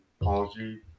apology